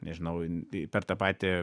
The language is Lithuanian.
nežinau per tą patį